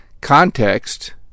context